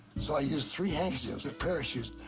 so i used three handkerchiefs as parachutes.